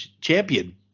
champion